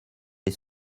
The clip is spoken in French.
les